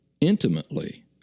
intimately